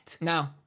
No